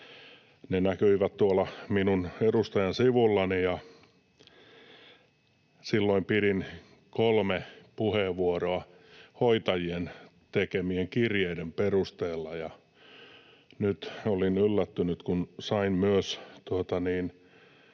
Ne näkyivät tuolla minun edustajan sivullani. Silloin pidin kolme puheenvuoroa hoitajien tekemien kirjeiden perusteella ja nyt olin yllättynyt, kun sain myös